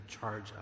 charge